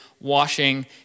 washing